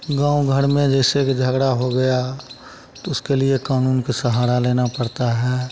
गाँव घर में जैसे कि झगड़ा हो गया तो उसके लिए कानून का सहारा लेना पड़ता है